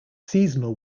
seasonal